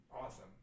awesome